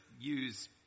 use